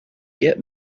get